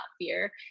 fear